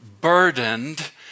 burdened